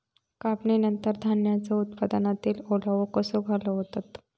कापणीनंतर धान्यांचो उत्पादनातील ओलावो कसो घालवतत?